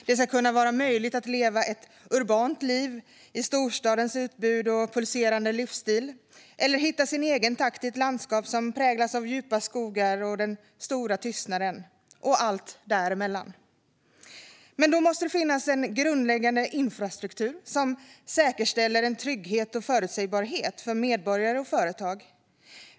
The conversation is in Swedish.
Allt ska kunna vara möjligt: att leva ett urbant liv med storstadens utbud och pulserande livsstil, att hitta sin egen takt i ett landskap som präglas av djupa skogar och den stora tystnaden - och allt däremellan. Men då måste det finnas en grundläggande infrastruktur som säkerställer en trygghet och förutsägbarhet för medborgare och företag.